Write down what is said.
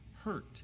hurt